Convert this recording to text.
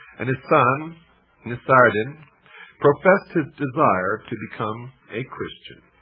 and his son nasiredin professed his desire to become a christian.